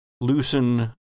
loosen